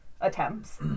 attempts